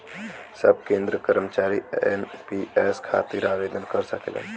सब केंद्र कर्मचारी एन.पी.एस खातिर आवेदन कर सकलन